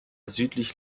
südlich